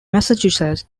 massachusetts